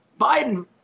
Biden